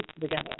together